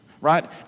right